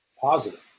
positive